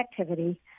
activity